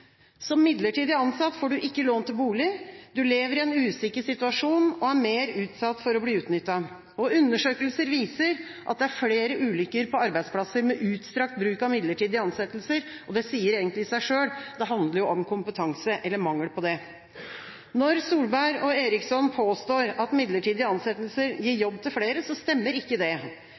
Som midlertidig ansatt får du ikke lån til bolig. Du lever i en usikker situasjon og er mer utsatt for å bli utnyttet. Undersøkelser viser at det er flere ulykker på arbeidsplasser med utstrakt bruk av midlertidige ansettelser. Det sier seg egentlig selv, det handler om kompetanse eller mangel på det. Når Solberg og Eriksson påstår at midlertidige ansettelser gir jobb til flere, stemmer ikke det.